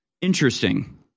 Interesting